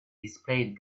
displayed